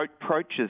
approaches